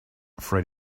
afraid